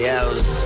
else